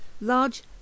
large